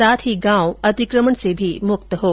साथ ही गांव अतिकमण से भी मुक्त हों